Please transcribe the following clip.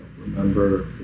remember